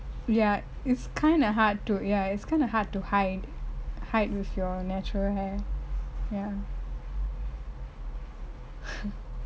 ya it's kinda hard to ya it's kinda hard to hide hide with your natural hair ya